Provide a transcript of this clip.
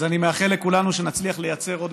אז אני מאחל לכולנו שנצליח לייצר עוד